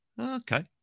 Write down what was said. Okay